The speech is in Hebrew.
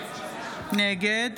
נגד